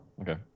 Okay